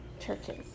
churches